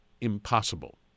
impossible